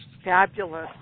Fabulous